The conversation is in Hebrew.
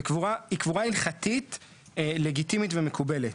היא קבורה הלכתית לגיטימית ומקובלת.